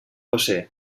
josé